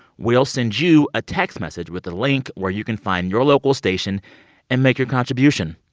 we'll send you a text message with a link where you can find your local station and make your contribution.